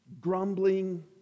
grumbling